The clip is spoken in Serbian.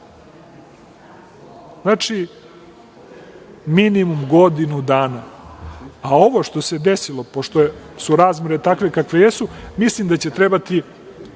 Znači, minimum godinu dana. Ovo što se desilo, pošto su razmere takve kakve jesu, mislim da će trebati